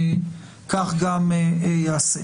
כך גם ייעשה.